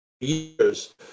years